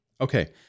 Okay